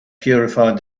purified